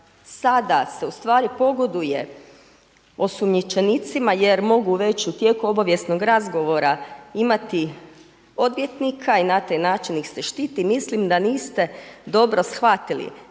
da sada se pogoduje osumnjičenicima jer mogu već u tijeku obavijesnog razgovora imati odvjetnika i na taj način ih se štiti, mislim da niste dobro shvatili.